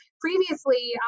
previously